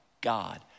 God